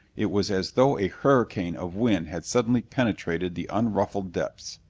it was as though a hurricane of wind had suddenly penetrated the unruffled depths.